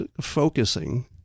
focusing